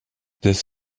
this